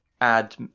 Add